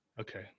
Okay